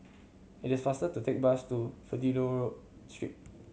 it is faster to take the bus to Fidelio Street